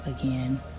again